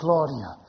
Gloria